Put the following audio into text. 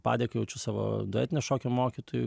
padėką jaučiu savo duetinio šokio mokytojui